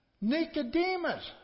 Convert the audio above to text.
Nicodemus